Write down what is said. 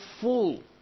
full